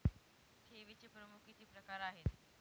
ठेवीचे प्रमुख किती प्रकार आहेत?